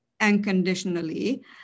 unconditionally